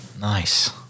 Nice